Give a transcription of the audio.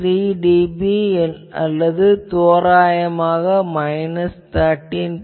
3 dB அல்லது தோராயமாக minus 13